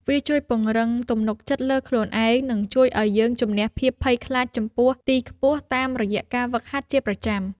វាជួយពង្រឹងទំនុកចិត្តលើខ្លួនឯង និងជួយឱ្យយើងជម្នះភាពភ័យខ្លាចចំពោះទីខ្ពស់តាមរយៈការហ្វឹកហាត់ជាប្រចាំ។